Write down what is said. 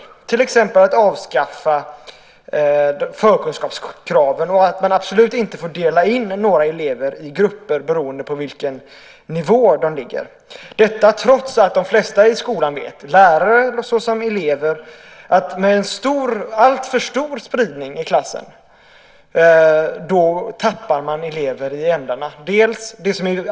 Det gäller då till exempel att avskaffa förkunskapskraven och att man absolut inte får dela in några elever i grupper beroende på vilken nivå de ligger på - detta trots att de flesta i skolan, såväl lärare som elever, vet att med en alltför stor spridning i klassen tappar man så att säga elever i ändarna.